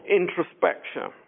introspection